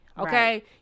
Okay